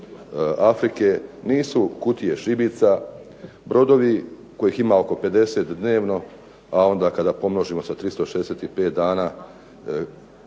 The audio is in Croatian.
Afrike nisu kutije šibica, brodovi kojih ima oko 50 dnevno, a onda kada pomnožimo sa 365 dana